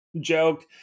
joke